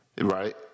Right